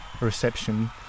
reception